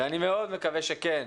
ואני מאוד מקווה שכן,